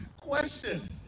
question